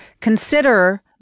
consider